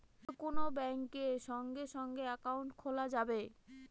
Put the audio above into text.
যে কোন ব্যাঙ্কে সঙ্গে সঙ্গে একাউন্ট খোলা যাবে